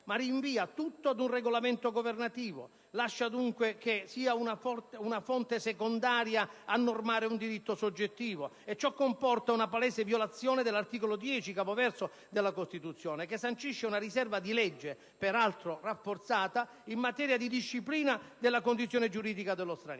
ma rinvia tutto ad un regolamento governativo: lascia dunque che sia una fonte secondaria a normare un diritto soggettivo. Ciò comporta una palese violazione dell'articolo 10, secondo comma, della Costituzione, che sancisce una riserva di legge (peraltro rinforzata) in materia di disciplina della condizione giuridica dello straniero.